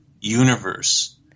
universe